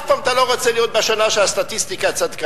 אף פעם אתה לא רוצה להיות בשנה שהסטטיסטיקה צדקה.